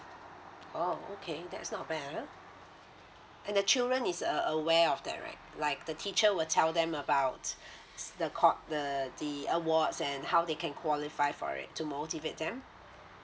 oh okay that's not bad ah and the children is aw~ aware of that right like the teacher will tell them about the qua~ the the awards and how they can qualify for it to motivate them